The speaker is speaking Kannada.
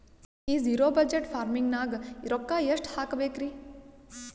ಈ ಜಿರೊ ಬಜಟ್ ಫಾರ್ಮಿಂಗ್ ನಾಗ್ ರೊಕ್ಕ ಎಷ್ಟು ಹಾಕಬೇಕರಿ?